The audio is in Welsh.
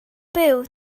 byw